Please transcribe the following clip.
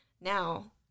Now